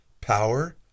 power